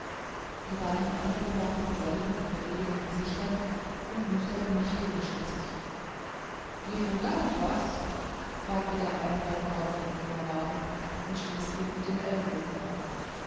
die beiden anderen waren gesellen mit verwegenen gesichtern und musterten mich geringschätzig defraudant was fragte der eine halblaut seinen kameraden und stieß ihn mit dem ellenbogen an